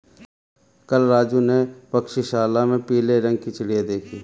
कल राजू ने पक्षीशाला में पीले रंग की चिड़िया देखी